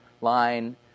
Line